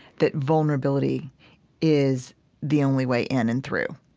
that vulnerability is the only way in and through